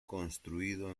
construido